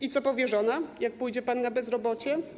I co powie żona, jak pójdzie pan na bezrobocie?